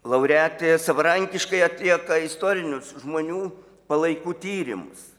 laureatė savarankiškai atlieka istorinius žmonių palaikų tyrimus